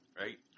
right